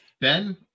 Ben